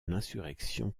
l’insurrection